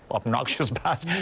obnoxious